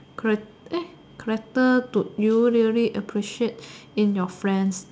chara~ eh character do you really appreciate in your friends